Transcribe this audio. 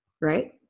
right